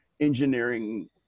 engineering